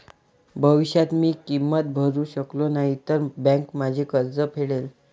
भविष्यात मी किंमत भरू शकलो नाही तर बँक माझे कर्ज फेडेल